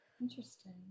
Interesting